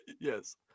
yes